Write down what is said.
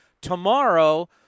tomorrow